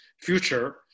future